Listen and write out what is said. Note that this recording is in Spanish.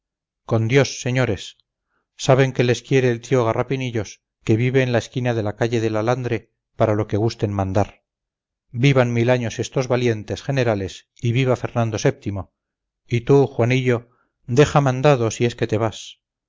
con dios señores saben que les quiere el tío garrapinillos que vive en la esquina de la calle de la landre para lo que gusten mandar vivan mil años estos valientes generales y viva fernando vii y tú juanillo deja mandado si es que te vas